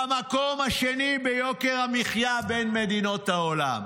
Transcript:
במקום השני ביוקר המחיה בין מדינות העולם.